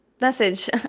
message